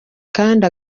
kandi